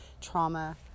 trauma